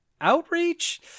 Outreach